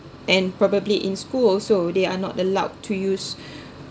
and probably in school also they are not allowed to use